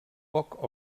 poc